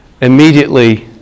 immediately